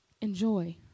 Enjoy